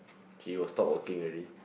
she will stop working already